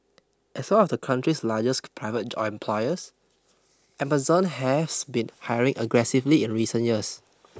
as one of the country's largest private employers Amazon has been hiring aggressively in recent years